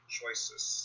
choices